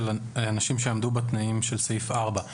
לאנשים שעמדו בתנאים של סעיף 4,